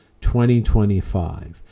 2025